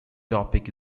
topic